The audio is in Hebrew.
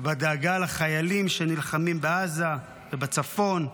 ובדאגה לחיילים שנלחמים בעזה ובצפון,